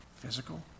Physical